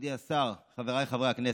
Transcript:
מכובדי השר, חבריי חברי הכנסת,